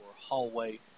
hallway